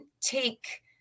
take